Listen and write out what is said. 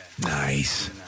Nice